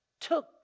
took